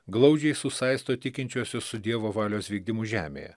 glaudžiai susaisto tikinčiuosius su dievo valios vykdymu žemėje